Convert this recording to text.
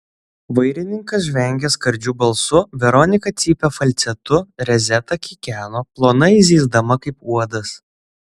vairininkas žvengė skardžiu balsu veronika cypė falcetu rezeta kikeno plonai zyzdama kaip uodas